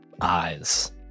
eyes